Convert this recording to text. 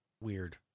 weird